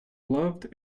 loved